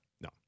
No